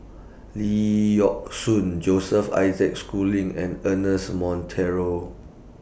Lee Yock Suan Joseph Isaac Schooling and Ernest Monteiro